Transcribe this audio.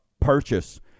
purchase